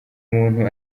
muntu